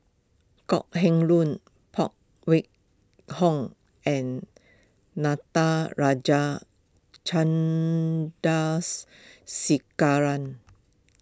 Kok Heng Leun Phan Wait Hong and Natarajan Chandrasekaran